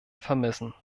vermissen